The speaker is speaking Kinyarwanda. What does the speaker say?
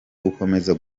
gukomeza